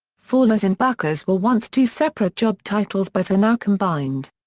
fallers and bucker's were once two separate job titles but are now combined.